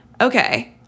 Okay